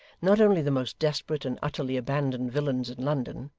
not only the most desperate and utterly abandoned villains in london,